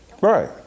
right